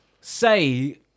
say